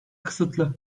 kısıtlı